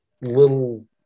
little